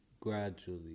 gradually